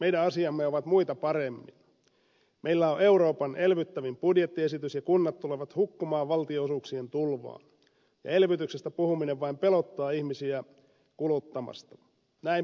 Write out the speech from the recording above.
meidän asiamme ovat muita paremmin meillä on euroopan elvyttävin budjettiesitys ja kunnat tulevat hukkumaan valtionosuuksien tulvaan ja elvytyksestä puhuminen vain pelottaa ihmisiä kuluttamasta näin puhui ministeri